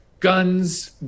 guns